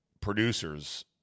producers